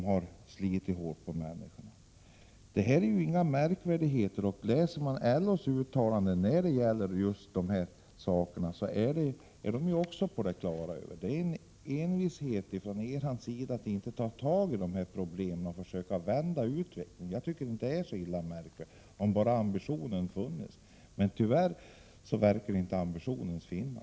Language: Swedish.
Det sliter hårt på människor och förorsakar skador. De här sakerna, som inte är några märkvärdigheter, är också LO på det klara med. Men majoriteten är envis och vill inte ta fatt i problemen för att vända utvecklingen. Det vore inte så svårt om man bara hade den rätta ambitionen. Men den tycks man tyvärr inte ha.